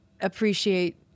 appreciate